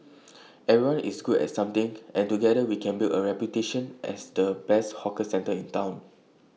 everyone is good at something and together we can build A reputation as the best 'hawker centre' in Town